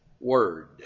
word